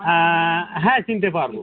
হ্যাঁ হ্যাঁ চিনতে পারব